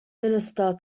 minister